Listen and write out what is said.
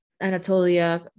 Anatolia